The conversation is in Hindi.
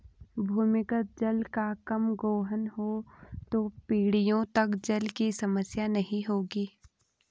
भूमिगत जल का कम गोहन हो तो पीढ़ियों तक जल की समस्या नहीं होगी